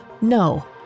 no